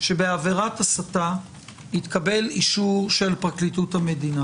שבעבירת הסתה יתקבל אישור של פרקליטות המדינה